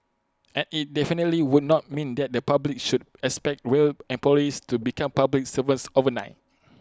and IT definitely would not mean that the public should expect rail employees to become public servants overnight